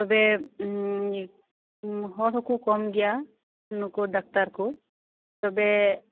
ᱛᱚᱵᱮ ᱦᱚᱲ ᱦᱚᱸᱠᱚ ᱠᱚᱢ ᱜᱮᱭᱟ ᱱᱩᱠᱩ ᱰᱟᱠᱛᱟᱨ ᱠᱩ ᱛᱚᱵᱮ